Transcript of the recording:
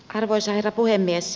arvoisa herra puhemies